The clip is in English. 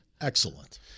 Excellent